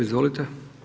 Izvolite.